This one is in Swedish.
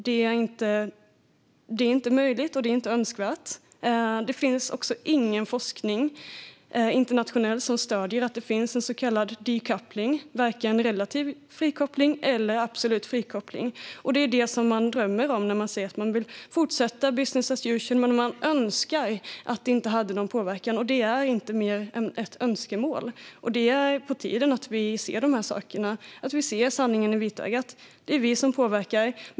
Det är varken möjligt eller önskvärt. Det finns heller ingen internationell forskning som stöder så kallad decoupling, frikoppling, varken relativ eller absolut. Att drömma att man ska kunna fortsätta med business as usual utan att det får någon påverkan är just bara en dröm. Och det är på tiden att vi vaknar upp och ser sanningen i vitögat. Det är vi som påverkar.